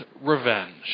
revenge